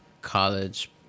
college